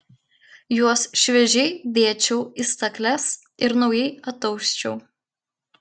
juos šviežiai dėčiau į stakles ir naujai atausčiau